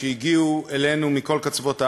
שהגיעו אלינו מכל קצוות הארץ,